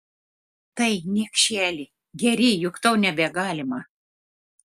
tai niekšeli geri juk tau nebegalima